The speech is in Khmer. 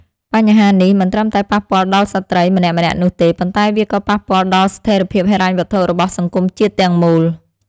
បញ្ហានេះមិនត្រឹមតែប៉ះពាល់ដល់ស្ត្រីម្នាក់ៗនោះទេ ប៉ុន្តែវាក៏ប៉ះពាល់ដល់ស្ថិរភាពហិរញ្ញវត្ថុរបស់សង្គមជាតិទាំងមូល។